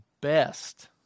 best